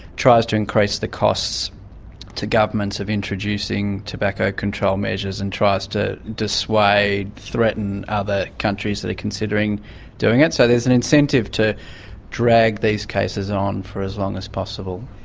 tries to increase the costs to governments of introducing tobacco control measures and tries to dissuade, threaten other countries that are considering doing it. so there's an incentive to drag these cases on for as long as possible.